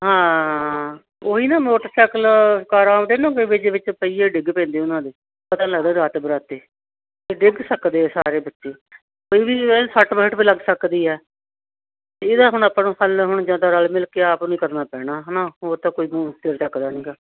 ਹਾਂ ਉਹ ਹੀ ਨਾ ਮੋਟਰਸਾਈਕਲ ਕਾਰਾਂ ਅਤੇ ਉਹਦੇ ਨਾ ਵਿੱਚ ਵਿੱਚ ਪਹੀਏ ਡਿੱਗ ਪੈਂਦੇ ਉਹਨਾਂ ਦੇ ਪਤਾ ਨਹੀਂ ਲੱਗਦਾ ਰਾਤ ਬਰਾਤੇ ਅਤੇ ਡਿੱਗ ਸਕਦੇ ਹੈ ਸਾਰੇ ਬੱਚੇ ਫਿਰ ਵੀ ਇਹ ਸੱਟ ਫੇਟ ਵੀ ਲੱਗ ਸਕਦੀ ਹੈ ਇਹਦਾ ਹੁਣ ਆਪਾਂ ਨੂੰ ਹੱਲ ਹੁਣ ਜਾਂ ਤਾਂ ਰਲ ਮਿਲ ਕੇ ਆਪ ਨੂੰ ਕਰਨਾ ਪੈਣਾ ਹੈ ਨਾ ਹੋਰ ਤਾਂ ਕੋਈ ਚੱਕਦਾ ਨਹੀਂ ਗਾ